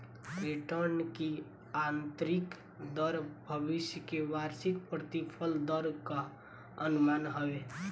return की आतंरिक दर भविष्य के वार्षिक प्रतिफल दर कअ अनुमान हवे